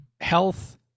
health